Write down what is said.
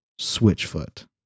Switchfoot